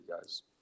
guys